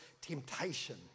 temptation